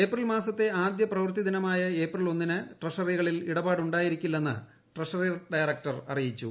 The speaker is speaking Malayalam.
ഏപ്രിൽ മാസത്തെ ആദ്യ പ്രവൃത്തിദിവസ്മായി ഏപ്രിൽ ഒന്നി ന് ട്രഷറികളിൽ ഇടപാട് ഉ ായിരിക്കില്ലെന്ന് ട്ര്ഷറി ഡയറ ക്ടർ അറിയിച്ചു